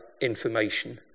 information